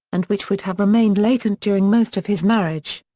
and which would have remained latent during most of his marriage.